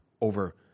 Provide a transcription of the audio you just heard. over